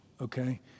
okay